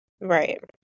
Right